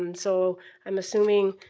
um so i'm assuming,